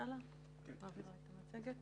(הצגת מצגת)